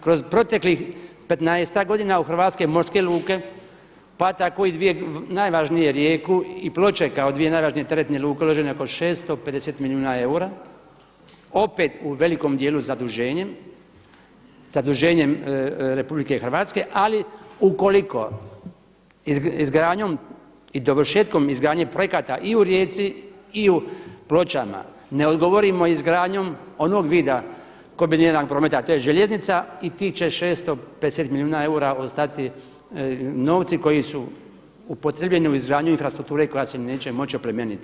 Kroz proteklih 15-ak godina u hrvatske morske luke pa tako i dvije najvažnije Rijeku i Ploče, kao dvije najvažnije teretne luke uloženo je oko 650 milijuna eura, opet u velikom dijelu zaduženjem, zaduženjem RH Ali ukoliko izgradnjom i dovršetkom izgradnje projekata i u Rijeci i u Pločama ne odgovorimo izgradnjom onog vida kombiniranog prometa a to je željeznica i tih će 650 milijuna eura ostati novci koji su upotrjebljeni u izgradnju infrastrukture koja se nećemo moći oplemeniti.